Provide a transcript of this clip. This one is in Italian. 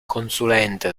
consulente